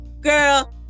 girl